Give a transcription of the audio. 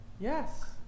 yes